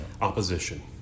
opposition